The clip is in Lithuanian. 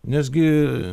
nes gi